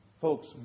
Folks